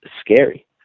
scary